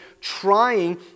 trying